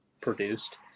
produced